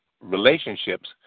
relationships